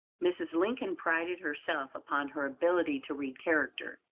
mrs. lincoln prided herself upon her ability to read character.